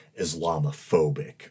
Islamophobic